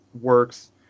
works